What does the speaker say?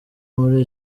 muri